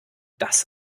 das